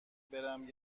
برم